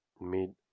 mid